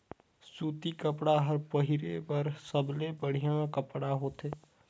सूती कपड़ा हर पहिरे बर सबले बड़िहा कपड़ा होथे